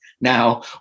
now